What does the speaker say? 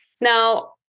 Now